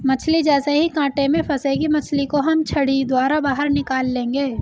मछली जैसे ही कांटे में फंसेगी मछली को हम छड़ी द्वारा बाहर निकाल लेंगे